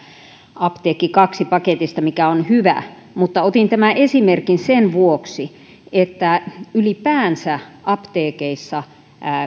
apteekki kaksi paketista mikä on hyvä mutta otin tämän esimerkin sen vuoksi että ylipäänsä apteekeissa